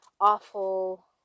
awful